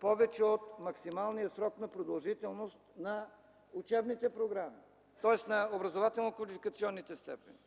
повече от максималния срок на продължителност на учебните програми, тоест на образователно-квалификационните степени?